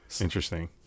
Interesting